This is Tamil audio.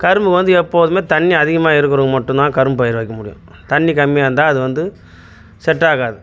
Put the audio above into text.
கரும்பு வந்து எப்போதுமே தண்ணி அதிகமாக இருக்கிறப்ப மட்டும் தான் கரும்பு பயிர் வைக்க முடியும் தண்ணி கம்மியாக இருந்தால் அது வந்து செட் ஆகாது